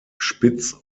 spitz